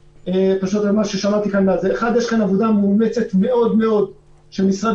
יש כאן עבודה מאומצת מאוד של משרד